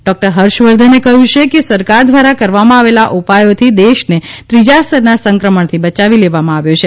doctor Harsh વર્ધને કહયું છે કે સરકાર ધ્વારા કરવામાં આવેલા ઉપાયોથી દેશને ત્રીજા સ્તરના સંક્રમણથી બચાવી લેવામાં આવ્યો છે